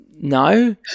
No